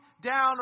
down